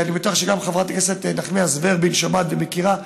ואני בטוח שגם חברת הכנסת נחמיאס ורבין שומעת ומכירה.